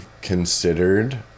considered